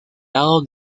lado